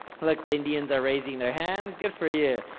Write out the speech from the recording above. like the indians are raising their hands. good for you,